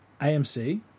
AMC